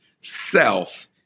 self